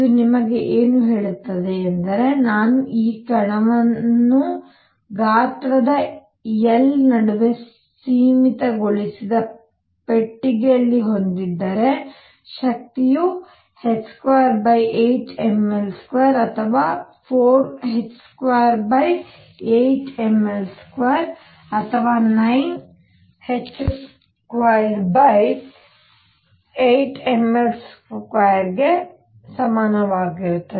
ಇದು ನಿಮಗೆ ಏನು ಹೇಳುತ್ತದೆ ಎಂದರೆ ನಾನು ಈ ಕಣವನ್ನು ಗಾತ್ರದ L ನಡುವೆ ಸೀಮಿತಗೊಳಿಸಿದ ಪೆಟ್ಟಿಗೆಯಲ್ಲಿ ಹೊಂದಿದ್ದರೆ ಶಕ್ತಿಯು h28mL2 ಅಥವಾ 4h28mL2 ಅಥವಾ 9h28mL2 ಗೆ ಸಮಾನವಾಗಿರುತ್ತದೆ